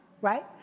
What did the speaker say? right